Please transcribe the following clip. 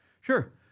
Sure